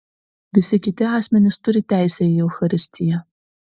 visi kiti asmenys turi teisę į eucharistiją